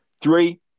Three